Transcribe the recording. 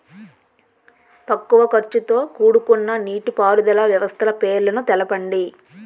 తక్కువ ఖర్చుతో కూడుకున్న నీటిపారుదల వ్యవస్థల పేర్లను తెలపండి?